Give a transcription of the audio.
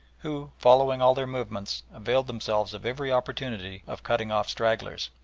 who, following all their movements, availed themselves of every opportunity of cutting off stragglers.